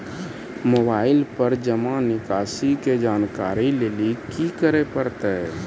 Mobile पर जमा निकासी के जानकरी लेली की करे परतै?